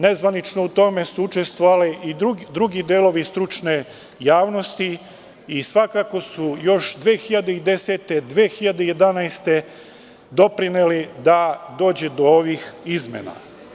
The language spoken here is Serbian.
Nezvanično, u tome su učestvovali i drugi delovi stručne javnosti i svakako su još 2010, 2011. godine doprineli da dođe do ovih izmena.